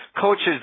coaches